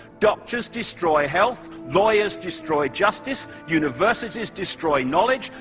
doctors destroy health, lawyers destroy justice, universities destroy knowledge,